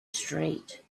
street